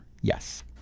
Yes